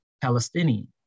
Palestinian